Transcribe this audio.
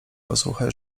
posłuchaj